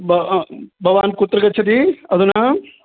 ब भवान् कुत्र गच्छति अधुना